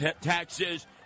taxes